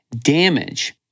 damage